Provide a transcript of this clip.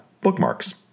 Bookmarks